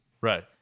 Right